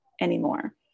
anymore